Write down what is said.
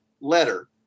letter